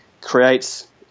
creates